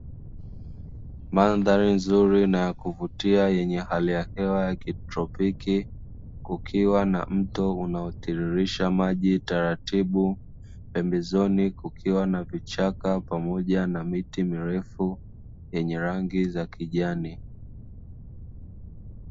Mandhari nzuri na ya kuvutia yenye hali ya hewa ya kitropiki, kukiwa na mto unaotiririsha maji taratibu, pembezoni kukiwa na vichaka pamoja na miti mirefu, yenye rangi za kijani.